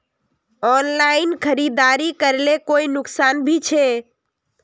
Online खरीदारी करले कोई नुकसान भी छे?